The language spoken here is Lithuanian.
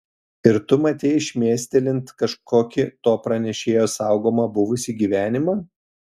ir tu matei šmėstelint kažkokį to pranešėjo saugomą buvusį gyvenimą